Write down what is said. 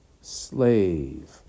slave